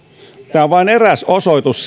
tämä on vain eräs osoitus